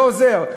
לא עוזר.